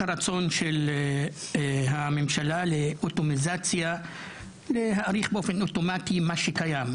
הרצון של הממשלה להאריך באופן אוטומטי את מה שקיים,